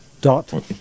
Dot